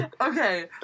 okay